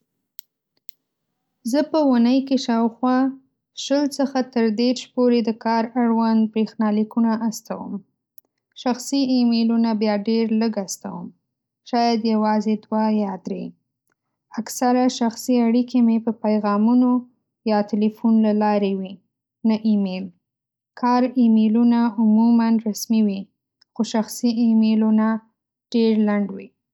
زه په اوونۍ کې شاوخوا شل څخه تر دېرش پورې د کار اړوند برېښنالیکونه استوم. شخصي ایمیلونه بیا ډېر لږ استوم، شاید یوازې دوه یا درې. اکثره شخصي اړیکې مې په پیغامونو یا تلیفون له لارې وي، نه ایمیل. کار ایمیلونه عموماً رسمي وي، خو شخصي ایمیلونه ډېر لنډ وي.